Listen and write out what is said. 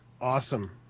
Awesome